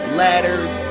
ladders